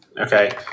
Okay